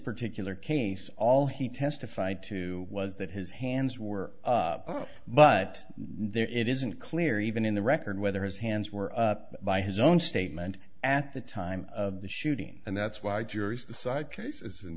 particular case all he testified to was that his hands were but there it isn't clear even in the record whether his hands were up by his own statement at the time of the shooting and that's why juries decide cases and